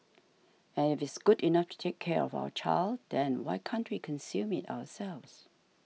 and if it's good enough to take care of our child then why can't we consume it ourselves